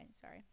sorry